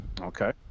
Okay